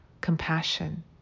compassion